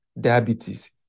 diabetes